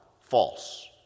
false